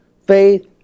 faith